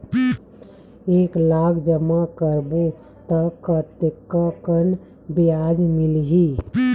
एक लाख जमा करबो त कतेकन ब्याज मिलही?